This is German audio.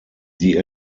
die